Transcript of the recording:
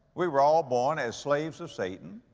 we were all born as slaves of satan,